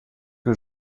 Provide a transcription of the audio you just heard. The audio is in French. que